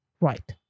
Right